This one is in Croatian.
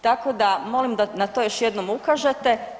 Tako da molim da na to još jednom ukažete.